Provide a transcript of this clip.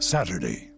Saturday